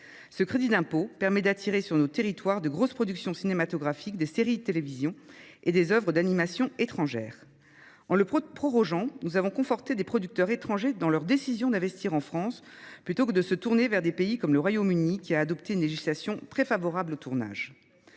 Ce crédit d’impôt permet d’attirer sur nos territoires de grosses productions cinématographiques, des séries de télévision et des œuvres d’animation étrangères. En le prorogeant, nous avons conforté des producteurs étrangers dans leur décision d’investir en France plutôt que de se tourner vers des pays comme le Royaume Uni, qui a adopté une législation très favorable aux tournages.